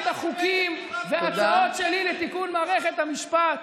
החוקים וההצעות שלי לתיקון מערכת המשפט.